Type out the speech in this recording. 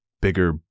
Bigger